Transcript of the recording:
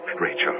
Rachel